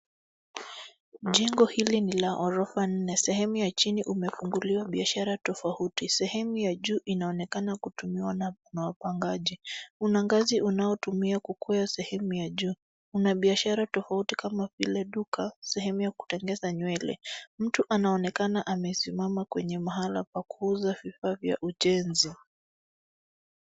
Jengo hili ni la ghorofa nne. Sehemu ya chini umefunguliwa biashara tofauti. Sehemu ya juu inaonekana kutumiwa na kuna wapangaji. Una ngazi unaotumiwa kukwea sehemu ya juu. Una biashara tofauti kama vile duka, sehemu ya kutengeneza nywele. Mtu anaonekana amesimama kwenye mahala pa kuuza vifaa vya ujenzi.